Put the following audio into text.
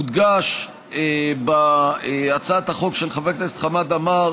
מודגש בהצעת החוק של חבר הכנסת חמד עמאר